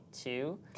two